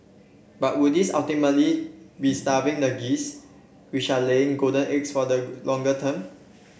but would this ultimately be starving the geese which are laying golden eggs for the longer term